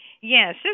Yes